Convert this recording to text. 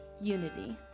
unity